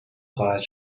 خواهد